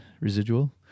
Residual